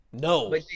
No